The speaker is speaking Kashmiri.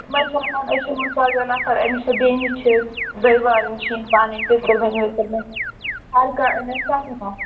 یِم ٲسۍ وَنان أسۍ یِمو ژۄداہ نَفَر أمِس چھِ بیٚنہِ چھِس بٲے بارٕنۍ چھِ یِم پَنٕنۍ پِترِ بیٚنہِ وِِترِ بیٚنہِ ہر کانٛہہ أنۍ اَسہِ پنُن آسُن